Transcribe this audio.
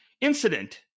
incident